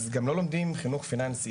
אז גם לא לומדים חינוך פיננסי,